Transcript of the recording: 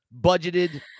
budgeted